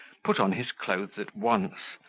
put on his clothes at once,